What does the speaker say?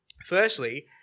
Firstly